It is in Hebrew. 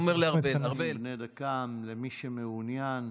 נאומים בני דקה, למי שמעוניין.